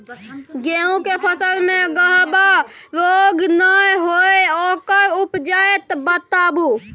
गेहूँ के फसल मे गबहा रोग नय होय ओकर उपाय बताबू?